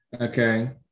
okay